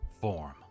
form